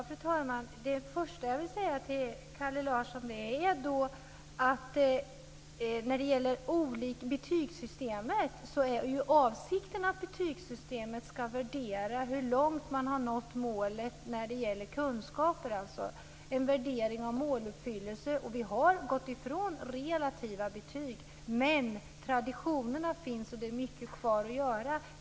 Fru talman! Det första jag vill säga till Kalle Larsson är att avsikten med betygssystemet skall vara att värdera hur långt man har nått i förhållande till målet när det gäller kunskaper. Det är en värdering av måluppfyllelse. Vi har gått ifrån relativa betyg. Men traditionerna finns och det är mycket kvar att göra.